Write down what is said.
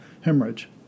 hemorrhage